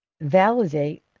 validate